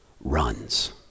runs